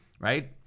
right